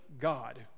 God